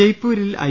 ജയ്പൂരിൽ ഐ